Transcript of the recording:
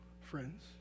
friends